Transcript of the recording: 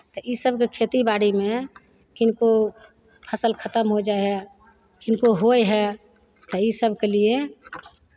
तऽ इसभके खेती बाड़ीमे किनको फसल खतम हो जाइ हइ किनको होइ हइ तऽ इसभके लिए